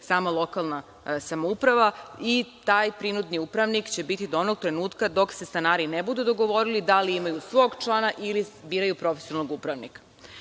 sama lokalna samouprava i taj prinudni upravnik će biti do onog trenutka dok se stanari ne budu dogovorili da li imaju svog člana ili biraju profesionalnog upravnika. Što